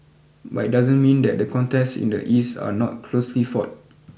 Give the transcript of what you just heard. but it doesn't mean that the contests in the East are not closely fought